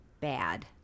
bad